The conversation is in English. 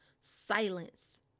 silence